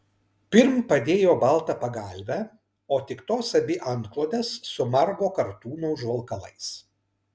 pirm padėjo baltą pagalvę o tik tos abi antklodes su margo kartūno užvalkalais